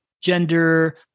gender